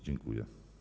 Dziękuję.